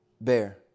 Bear